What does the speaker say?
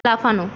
লাফানো